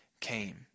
came